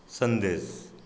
संदेश